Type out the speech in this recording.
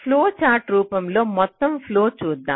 flow chart రూపంలో మొత్తం ఫ్లోన్ని చూద్దాం